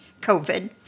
COVID